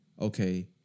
okay